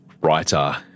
writer